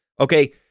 okay